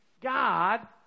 God